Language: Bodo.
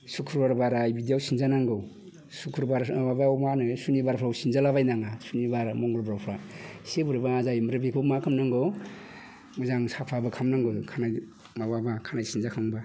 सुक्रबार बाराय बिदियाव सिनजानांगौ सुक्रबार माबायाव मा होनो सुनिबारफ्राव सिनजालाबाय नाङा सुनिबार मंगलबारफ्राव एसे बोरैबा जायो ओमफ्राय बेखौ मा खालामनांगौ मोजां साफाबो खालामनांगौ आरो खानाय माबाबा खानाय सिनजाखांबा